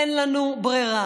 אין לנו ברירה.